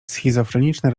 schizofreniczne